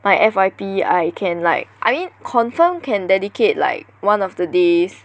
my F_Y_P I can like I mean confirm can dedicate like one of the days